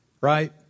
right